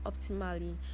optimally